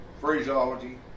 phraseology